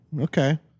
Okay